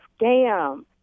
scam